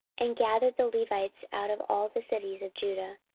and gathered the levites out of all the cities of judah,